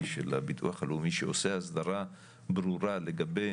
של הביטוח הלאומי שעושה הסדרה ברורה לגבי